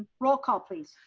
roll call please.